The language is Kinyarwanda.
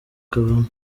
cavani